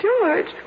George